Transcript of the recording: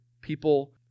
people